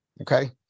Okay